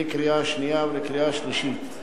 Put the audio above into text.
לקריאה שנייה ולקריאה שלישית.